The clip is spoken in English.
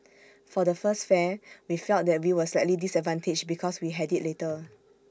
for the first fair we felt that we were slightly disadvantaged because we had IT later